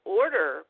order